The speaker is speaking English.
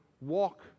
walk